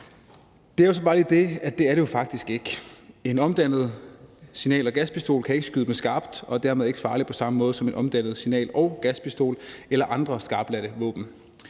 det er det jo faktisk ikke. En ikke omdannet signal- eller gaspistol kan ikke skyde med skarpt og er dermed ikke farlig på samme måde som en omdannet signal- eller gaspistol eller andre skarpladte våben.